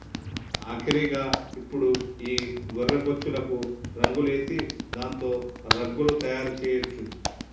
ఆఖరిగా ఇప్పుడు ఈ గొర్రె బొచ్చులకు రంగులేసి దాంతో రగ్గులు తయారు చేయొచ్చు